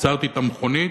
עצרתי את המכונית,